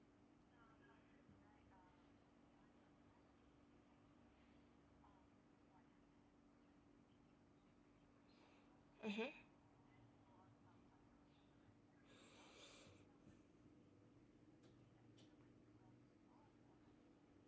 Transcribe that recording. mmhmm